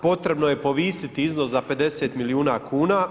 Potrebno je povisiti iznos za 50 milijuna kuna.